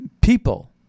people